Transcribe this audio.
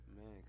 Man